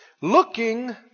looking